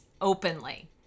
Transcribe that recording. openly